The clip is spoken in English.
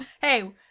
Hey